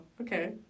okay